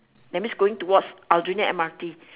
that means going towards aljunied M_R_T